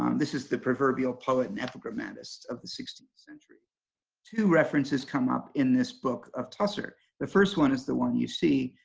um this is the proverbial poet in epigrammatist of the sixteenth century two references come up in this book of tusser the first one is the one you see,